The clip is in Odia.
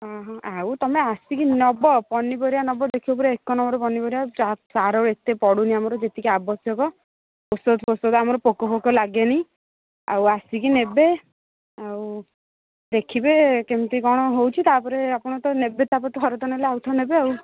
ଓ ହୋ ଆଉ ତୁମେ ଆସିକି ନେବେ ପନିପରିବା ନେବେ ଦେଖିବ ପୁରା ଏକ ନମ୍ୱର ପନିପରିବା ସାର ଏତେ ପଡ଼ୁନି ଆମର ଯେତିକି ଆବଶ୍ୟକ ଔଷଧ ଫୋଷଧ ଆମର ପୋକ ଫୋକ ଲାଗେନି ଆଉ ଆସିକି ନେବେ ଆଉ ଦେଖିବେ କେମିତି କ'ଣ ହେଉଛି ତାପରେ ଆପଣ ତ ନେବେ ତାପରେ ଥରଟେ ନେଲେ ଆଉ ଥରେ ନେବେ ଆଉ